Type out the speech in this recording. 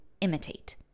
imitate